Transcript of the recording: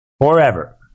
forever